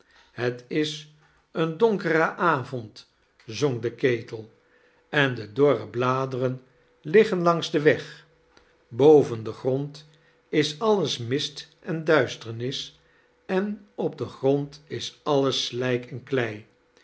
het is eea donkere avoari zong de ketel en de dorre charles dickens bladeren liggen langs den weg boven den grand i is alles mist en duisternis en op den grond is alles slijk en klei